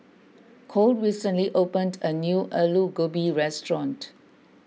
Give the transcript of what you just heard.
Cole recently opened a new Alu Gobi restaurant